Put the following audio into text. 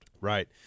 right